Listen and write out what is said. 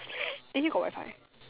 eh here got Wi-Fi